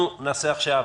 אנחנו נעשה עכשיו